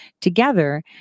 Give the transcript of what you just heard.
together